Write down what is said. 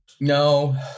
No